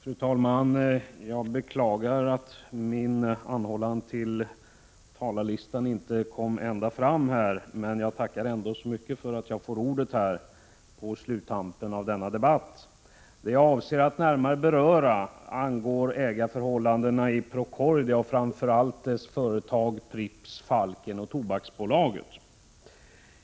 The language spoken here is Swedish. Fru talman! Jag beklagar att min anhållan om att bli upptagen på talarlistan inte kom ända fram, men jag tackar för att jag får ordet så här på sluttampen av denna debatt. Jag har för avsikt att närmare beröra ägarförhållandena i Procordia och i framför allt dess företag Pripps, Falken och Tobaksbolaget.